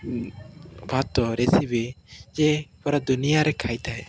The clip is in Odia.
ଭାତ ରେସିପି ଯେ ପୁରା ଦୁନିଆରେ ଖାଇଥାଏ